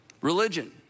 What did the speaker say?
Religion